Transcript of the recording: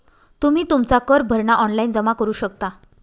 तुम्ही तुमचा कर भरणा ऑनलाइन जमा करू शकता